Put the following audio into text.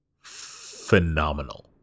phenomenal